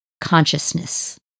consciousness